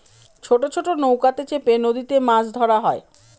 ছোট ছোট নৌকাতে চেপে নদীতে মাছ ধরা হয়